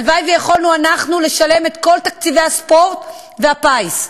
הלוואי שיכולנו אנחנו לשלם את כל תקציבי הספורט והפיס,